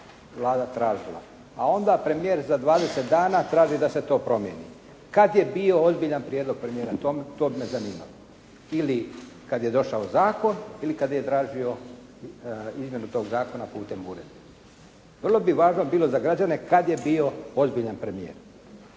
Vlada tražila. A onda premijer za 20 dana traži da se to promijeni. Kad je bio ozbiljan prijedlog premijera? To me zanima. Ili kad je došao zakon ili kad je tražio izmjenu tog zakona putem … /Govornik se ne razumije./ …? Vrlo bi važno bilo za građane kad je bio ozbiljan premijer?